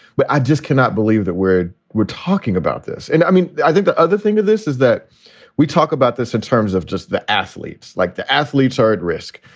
but i just cannot believe that we're we're talking about this. and i mean, i think the other thing to this is that we talk about this in terms of just the athletes, like the athletes are at risk.